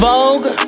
Vogue